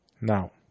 Now